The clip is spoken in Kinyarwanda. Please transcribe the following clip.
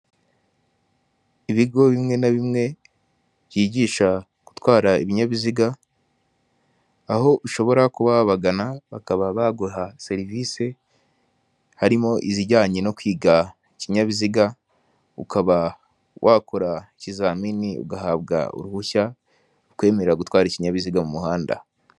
Ibigo bimwe na bimwe byigisha gutwara ibinyabiziga aho ushobora kuba bagana, bakaba baguha serivisi harimo izijyanye no kwiga ikinyabiziga, ukaba wakora ikizamini ugahabwa uruhushya rukwemerara gutwara ikinyabiziga mu muhanda.